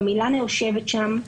גם אילנה יושבת שם.